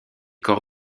corps